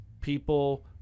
people